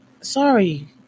Sorry